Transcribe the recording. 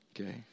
Okay